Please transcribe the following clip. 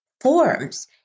forms